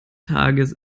tages